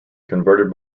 converted